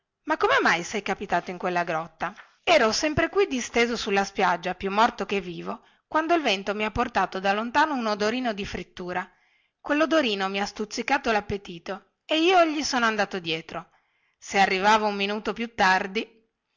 ma come mai sei capitato in quella grotta ero sempre qui disteso sulla spiaggia più morto che vivo quando il vento mi ha portato da lontano un odorino di frittura quellodorino mi ha stuzzicato lappetito e io gli sono andato dietro se arrivavo un minuto più tardi